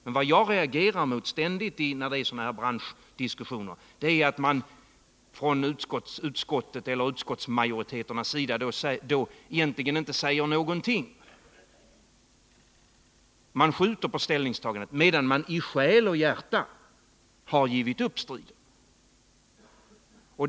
Vad jag ständigt reagerar mot i dessa branschdiskussioner är att utskottsmajoriteterna egentligen inte säger någonting. Man skjuter på ställningstagandena, medan man i själ och hjärta har givit upp striden.